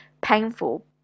painful